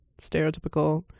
stereotypical